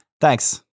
Thanks